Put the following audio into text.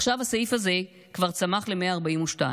עכשיו הסעיף הזה כבר צמח ל-142.